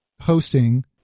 hosting